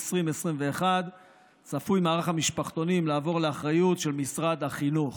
2021 צפוי מערך המשפחתונים לעבור לאחריות של משרד החינוך.